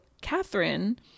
Catherine